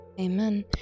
Amen